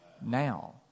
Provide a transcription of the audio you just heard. now